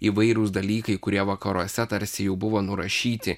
įvairūs dalykai kurie vakaruose tarsi jau buvo nurašyti